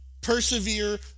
persevere